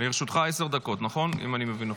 לרשותך עשר דקות, אם אני מבין נכון.